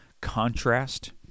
contrast